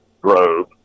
grove